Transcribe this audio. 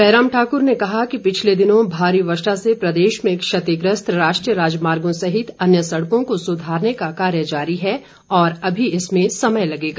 जयराम ठाकुर ने कहा कि पिछले दिनों भारी वर्षा से प्रदेश में क्षतिग्रस्त राष्ट्रीय राजमागों सहित अन्य सड़कों को सुधारने का कार्य जारी है और अभी इसमें समय लगेगा